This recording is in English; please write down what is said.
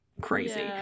crazy